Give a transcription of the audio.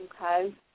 Okay